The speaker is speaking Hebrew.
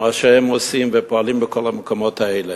מה שהם עושים ופועלים בכל המקומות האלה.